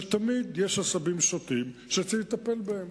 תמיד יש עשבים שוטים שצריך לטפל בהם.